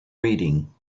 reading